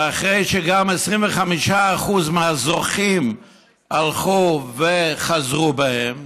שאחרי שגם 25% מהזוכים הלכו וחזרו בהם,